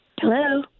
Hello